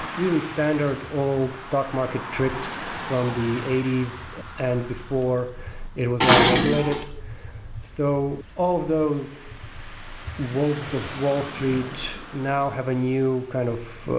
really standard old stock market tricks from the eighty s and before it was all regulated so all those wolves of wall street now have a new kind of